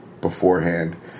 beforehand